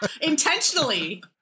Intentionally